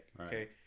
okay